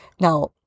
Now